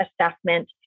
assessment